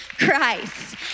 Christ